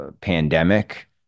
pandemic